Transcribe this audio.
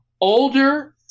Older